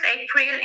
April